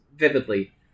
vividly